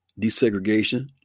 desegregation